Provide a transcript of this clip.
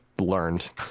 learned